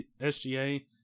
SGA